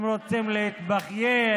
הם רוצים להתבכיין.